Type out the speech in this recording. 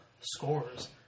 scores